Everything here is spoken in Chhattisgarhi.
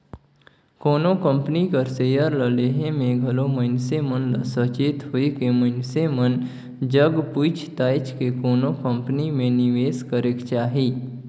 कोनो कंपनी कर सेयर ल लेहे में घलो मइनसे मन ल सचेत होएके मइनसे मन जग पूइछ ताएछ के कोनो कंपनी में निवेस करेक चाही